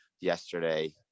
yesterday